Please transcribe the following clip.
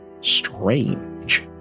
strange